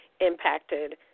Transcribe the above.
impacted